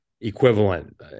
equivalent